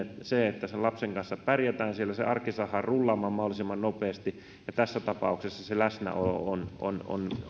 se että lapsen kanssa pärjätään siellä arki saadaan rullaamaan mahdollisimman nopeasti ja tässä tapauksessa läsnäolo on